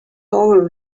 over